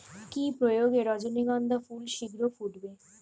কি প্রয়োগে রজনীগন্ধা ফুল শিঘ্র ফুটবে?